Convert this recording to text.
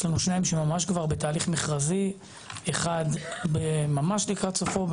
יש לנו שניים שממש כבר בתהליך מכרזי אחד בממש לקראת סופו,